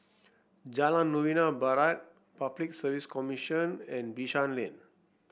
Jalan Novena Barat Public Service Commission and Bishan Lane